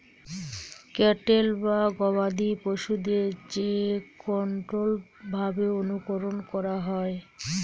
cattle বা গবাদি পশুদের যে কন্ট্রোল্ড ভাবে অনুকরন করা হয়